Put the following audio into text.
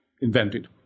invented